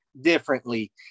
differently